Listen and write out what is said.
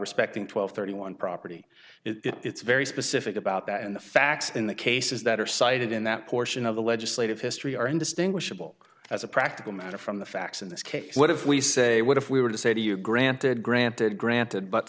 respecting twelve thirty one property it's very specific about that and the facts in the cases that are cited in that portion of the legislative history are indistinguishable as a practical matter from the facts in this case what if we say what if we were to say to you granted granted granted but